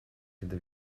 gyda